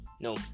no